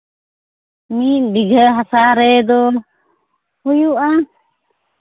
ᱢᱤᱫ ᱵᱤᱜᱷᱟᱹ ᱦᱟᱥᱟ ᱨᱮᱫᱚ ᱦᱩᱭᱩᱜᱼᱟ